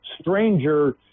stranger